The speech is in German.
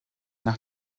nach